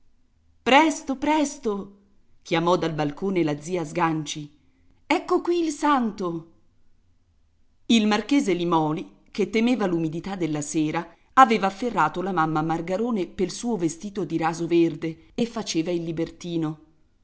presto presto chiamò dal balcone la zia sganci ecco qui il santo il marchese limòli che temeva l'umidità della sera aveva afferrato la mamma margarone pel suo vestito di raso verde e faceva il libertino